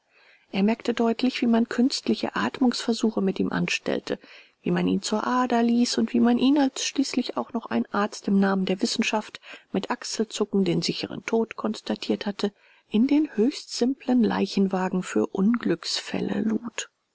er merkte deutlich wie man künstliche atmungsversuche mit ihm anstellte wie man ihn zur ader ließ und wie man ihn als schließlich auch noch ein arzt im namen der wissenschaft mit achselzucken den sicheren tod konstatiert hatte in den höchst simplen leichenwagen für unglücksfälle lud